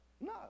No